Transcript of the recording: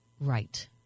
right